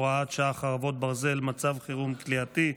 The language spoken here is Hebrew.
64, הוראת שעה, חרבות ברזל) (מצב חירום כליאתי),